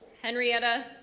Henrietta